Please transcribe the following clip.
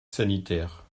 sanitaire